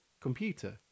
computer